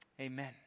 amen